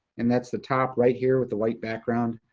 and that's the top right here with the white background.